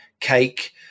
cake